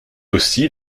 aussi